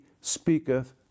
speaketh